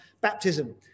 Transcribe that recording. baptism